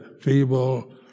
feeble